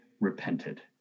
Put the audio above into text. repented